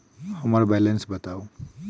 हम्मर बैलेंस बताऊ